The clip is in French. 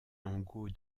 angot